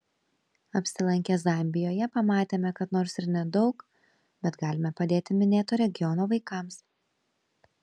apsilankę zambijoje pamatėme kad nors ir nedaug bet galime padėti minėto regiono vaikams